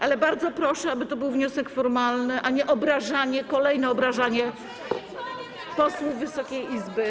Ale bardzo proszę, aby to był wniosek formalny, a nie kolejne obrażanie posłów Wysokiej Izby.